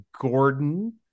Gordon